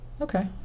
okay